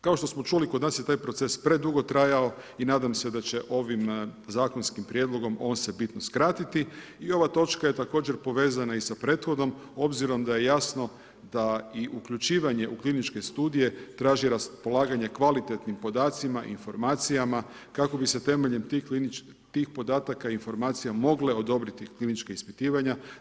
Kao što smo čuli, kod nas je taj proces predugo trajao i nadam se da će ovim zakonskim prijedlogom on se bitno skratiti i ova točka je također povezana i sa prethodnom, obzirom da je jasno da i uključivanje u kliničke studije traži raspolaganje kvalitetnim podacima i informacijama kako bi se temeljem tih podataka i informacija mogle odobriti klinička ispitivanja.